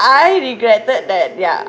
I regretted that ya